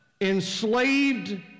enslaved